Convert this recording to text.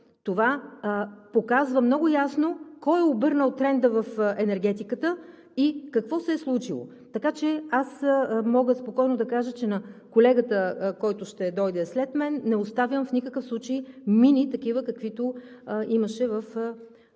Това показва много ясно кой е обърнал тренда в енергетиката и какво се е случило. Аз мога спокойно да кажа, че на колегата, който ще дойде след мен, не оставям в никакъв случай мини такива, каквито имаше в мандата,